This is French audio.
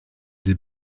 des